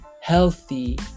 healthy